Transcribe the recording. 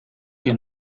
que